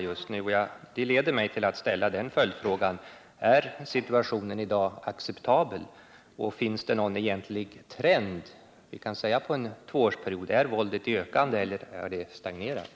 Detta får mig att ställa följdfrågan: Är situationen i dag acceptabel och finns det någon egentlig trend för låt oss säga en tvåårsperiod huruvida våldet är i ökande eller i stagnerande?